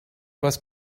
was